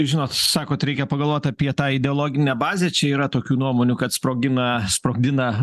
žinot sakot reikia pagalvot apie tą ideologinę bazę čia yra tokių nuomonių kad sprogina sprogdina